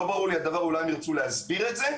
לא ברור לי הדבר, ואולי הם ירצו להסביר את זה.